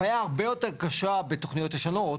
הבעיה הרבה יותר קשה בתוכניות ישנות.